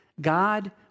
God